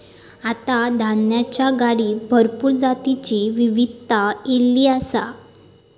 आता धान्याच्या गाडीत भरपूर जातीची विविधता ईली आसा